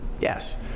Yes